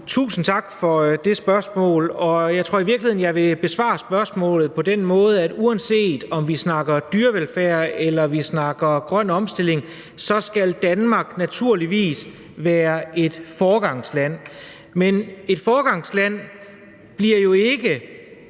Tusind tak for det spørgsmål, og jeg tror i virkeligheden, at jeg vil besvare det på den måde, at uanset om vi snakker dyrevelfærd, eller om vi snakker grøn omstilling, så skal Danmark naturligvis være et foregangsland. Men et foregangsland bliver jo ikke